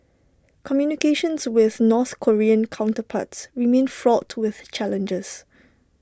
communications with north Korean counterparts remain fraught with challenges